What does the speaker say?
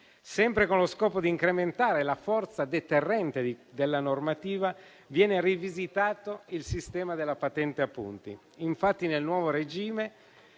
Sempre con lo scopo di incrementare la forza deterrente della normativa, viene rivisitato il sistema della patente a punti. Infatti, nel nuovo regime,